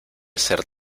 ser